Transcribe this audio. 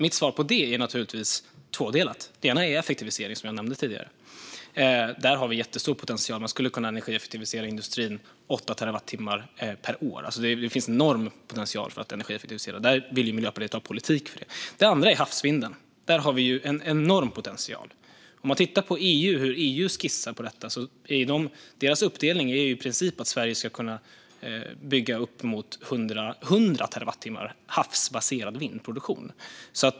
Mitt svar på det är naturligtvis tvådelat. Det ena är effektivisering, som jag nämnde tidigare. Där har vi jättestor potential; man skulle kunna energieffektivisera industrin med 8 terawatttimmar per år. Det finns en enorm potential för att energieffektivisera, och Miljöpartiet vill ha en politik för det. Det andra är havsvinden. Där har vi en enorm potential. Om man tittar på hur EU skissar på detta ser man att deras uppdelning i princip är att Sverige ska kunna bygga uppemot 100 terawattimmar havsbaserad vindkraftsproduktion.